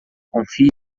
confia